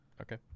Okay